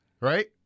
Right